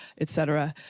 et cetera,